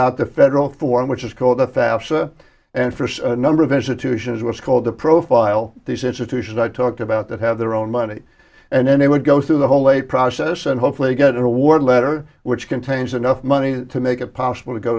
out the federal form which is called the fafsa and for a number of institutions what's called the profile these institutions i talked about that have their own money and then they would go through the whole a process and hopefully get an award letter which contains enough money to make it possible to go